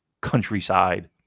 countryside